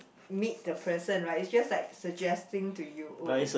meet the person right it's just like suggesting to you